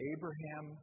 Abraham